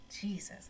jesus